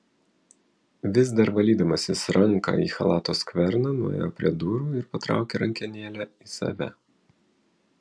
vis dar valydamasis ranką į chalato skverną nuėjo prie durų ir patraukė rankenėlę į save